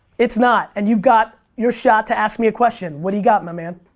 it's not and you've got your shot to ask me a question. what do you got, my man?